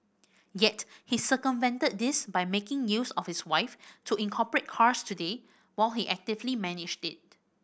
yet he circumvented this by making use of his wife to incorporate Cars Today while he actively managed it